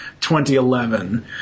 2011